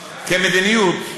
כמדיניות,